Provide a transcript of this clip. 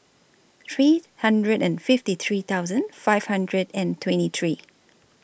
three hundred and fifty three thousand five hundred and twenty three